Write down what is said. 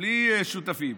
בלי שותפים,